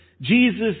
Jesus